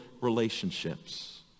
relationships